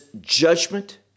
judgment